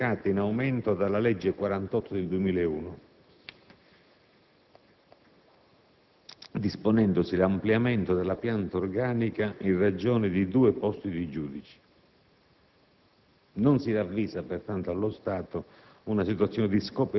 delle 546 unità di magistrato, recate in aumento dalla legge n. 48 del 2001, disponendosi l'ampliamento della pianta organica in ragione di due posti di giudice.